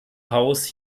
haus